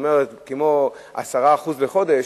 כ-10% לשנה,